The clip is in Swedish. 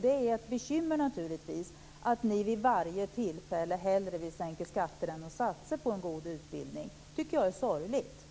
Det är naturligtvis ett bekymmer att ni vid varje tillfälle hellre vill sänka skatter än att satsa på en god utbildning. Det tycker jag är sorgligt.